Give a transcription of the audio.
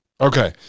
Okay